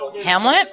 Hamlet